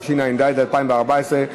התשע"ד 2014,